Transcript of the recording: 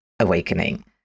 awakening